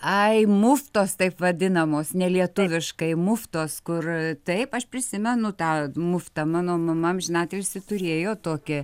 ai muftos taip vadinamos nelietuviškai muftos kur taip aš prisimenu tą muftą mano mama amžinatilsį turėjo tokią